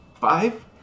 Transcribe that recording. five